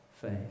Faith